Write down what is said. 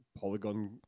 polygon